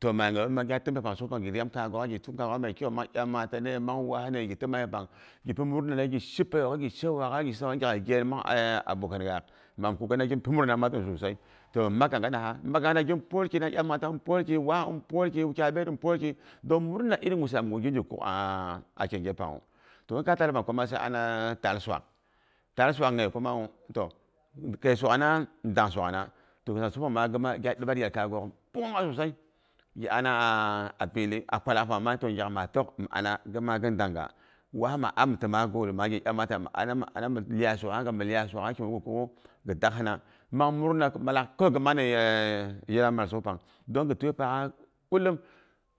Toh ma nyayewu be, gya timbe gi tak kaamokgha mai kyau, mang iyamata ne! Mang waa ne? Gi t1ma yepang, gipi murna na, gishi peiyagha, gi sha waak'ghagi sok gyak gyena mang e abokane gak man mi kak gina gin pi murna na sosai toh min mak ganganaha, mi mak gan- gana gin pwolklina, imata an pwolki, waa in pwolki wukgai ɓyet an pwolki 3ong iri. nyusamgu gin gi kuk'a kyenghe pangnwu. Toh kinkai tadipang kuma sai ana, taal swag. Taal swag nghaye kumawu toh keiswagna ndang swag na. Toh ta suk pang gye dimar yal kaya ghok pangnungha sosai, gi ana'a pili. A kwalaakpang ma toh ngyak ma tok mi ana, gin ma gin dangha. Waa ma'a mitima giro lyamata, mi ana mi ana milyai swaga ga mi lyai swagha, kigu ghi katgu ghi takhing mang murna kin malak kawai ghin mani e yilangmal sugpa donghi twipaagh kulum.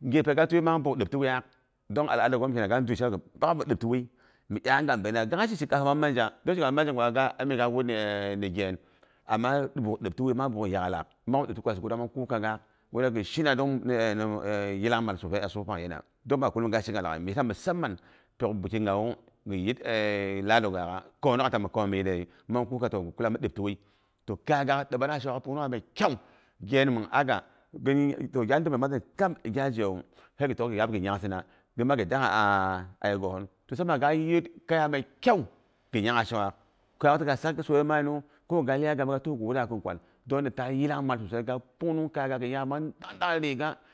Ngye pang ta ga twi mang ɓuuk dipti waiyaak. Don al'ada ghom kenangi ga dwi shaiyu gi bak zu diptiwui mi iyaanghaga be na. Gilak shi shinkafa mang manja, manja gwa ga amin ga wutni ghen ama buuk diptiwui mang buuk yaklak, mang diptikwas, ko langha mang kuka ghak. Gi shina 3ong mi yilangmal sesai asuk pang dong ba kullumi ga shiga laghai mi yitsa musaman pyok buki nghawu giyit lalo ghank'gha konok gha ta mi kon miyitde mang kuka toh ghi kulaba mi dipti wui. Toh ka ya ghaak dibarangha kayagaak shok'gaak mai kyan. Gyen min a'ga toh gya adime mangzin gya zhiya sai ghi tok giyap gi nghansina, ghi dangha a yeghosin. To sukpang ga yit kaya mai kyau ghi nyangha shok'gaak koni ga sak ti soiyu ko ga tu ghi wura a' kin kwal, don ni taal yilanmal sosai, pungnungh kaya gaak gi nyangha mang dang dang riga.